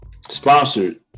sponsored